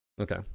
okay